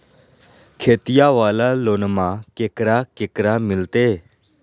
खेतिया वाला लोनमा केकरा केकरा मिलते?